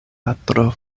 patro